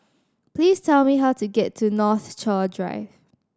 please tell me how to get to Northshore Drive